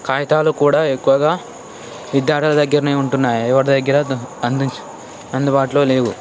కాగితాలు కూడా ఎక్కువగా విద్యార్థుల దగ్గరనే ఉంటున్నాయి ఎవరి దగ్గర అంద్ అందుబాటులో లేవు